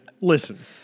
Listen